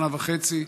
שנה וחצי,